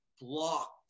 blocked